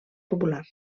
popular